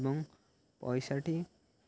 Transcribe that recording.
ଏବଂ ପଇସାଠି